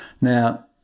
Now